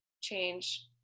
change